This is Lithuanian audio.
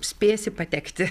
spėsi patekti